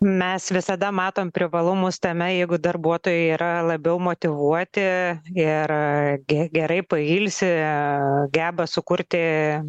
mes visada matom privalumus tame jeigu darbuotojai yra labiau motyvuoti ir ge gerai pailsi geba sukurti